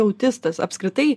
autistas apskritai